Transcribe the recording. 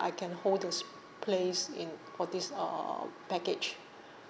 I can hold the place in for this uh package